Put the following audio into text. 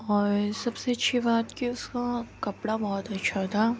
اور سب سے اچھی بات کہ اس کا کپڑا بہت اچھا تھا